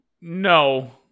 No